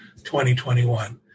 2021